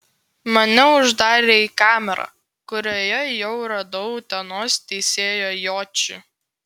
mane uždarė į kamerą kurioje jau radau utenos teisėją jočį